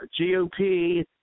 GOP